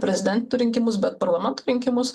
prezidento rinkimus bet parlamento rinkimus